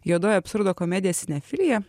juodoji absurdo komedija sinefilija